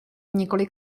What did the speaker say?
několik